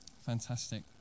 Fantastic